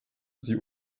sie